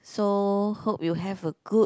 so hope you have a good